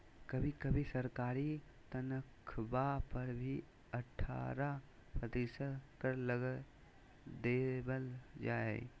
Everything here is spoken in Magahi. कभी कभी सरकारी तन्ख्वाह पर भी अट्ठारह प्रतिशत कर लगा देबल जा हइ